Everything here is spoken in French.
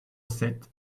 sept